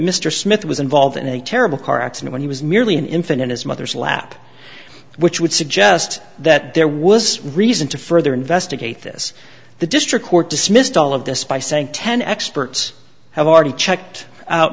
mr smith was involved in a terrible car accident when he was merely an infant in his mother's lap which would suggest that there was reason to further investigate this the district court dismissed all of this by saying ten experts have already checked out